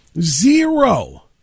Zero